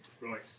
Right